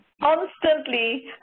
constantly